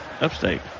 upstate